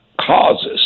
causes